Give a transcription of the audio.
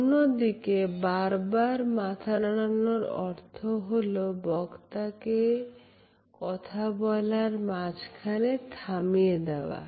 অন্যদিকে বারবার মাথা নাড়ানোর অর্থ হলো বক্তা কে কথা বলার মাঝখানে থামিয়ে দেওয়া